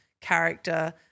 character